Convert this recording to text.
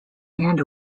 hand